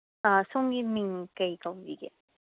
ꯁꯣꯝꯒꯤ ꯃꯤꯡ ꯀꯔꯤ ꯀꯧꯕꯤꯕꯒꯦ